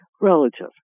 Relative